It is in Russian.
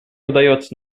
удается